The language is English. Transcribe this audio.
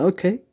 Okay